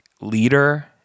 leader